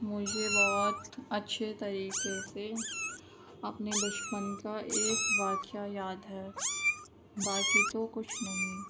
مجھے بہت اچھے طریقے سے اپنے بچپن کا ایک واقعہ یاد ہے باقی تو کچھ نہیں